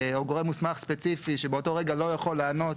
גורם מוסמך ספציפי שבאותו רגע לא יכול לענות